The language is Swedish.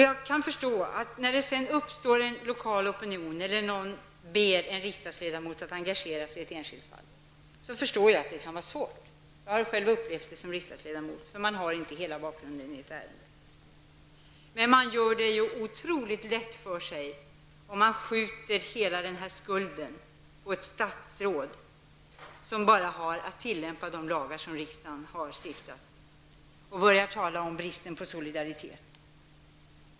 Jag kan förstå att det kan vara svårt när det uppstår en lokal opinion eller någon ber en riksdagsledamot att engagera sig i ett enskilt fall. Jag har själv upplevt det som riksdagsledamot, för man har inte alltid hela bakgrunden i ett ärende klar för sig. Men man gör det ju otroligt lätt för sig om man bara skjuter hela skulden på ett statsråd, som bara har att tillämpa de lagar som riksdagen har stiftat, och börja tala om bristen på solidaritet!